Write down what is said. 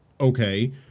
okay